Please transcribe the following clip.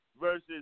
versus